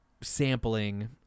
sampling